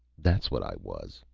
that's what i was!